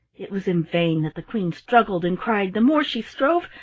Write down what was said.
it was in vain that the queen struggled and cried the more she strove,